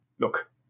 look